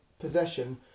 possession